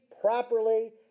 properly